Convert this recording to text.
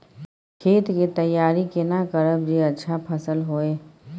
खेत के तैयारी केना करब जे अच्छा फसल होय?